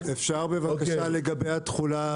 אפשר בבקשה לדרוש לגבי התחולה?